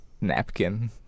napkin